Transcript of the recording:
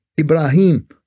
Ibrahim